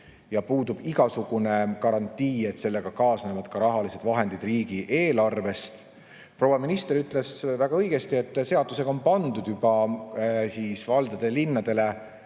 aga puudub igasugune garantii, et sellega kaasnevad ka rahalised vahendid riigieelarvest. Proua minister ütles väga õigesti, et seadusega on juba pandud valdadele-linnadele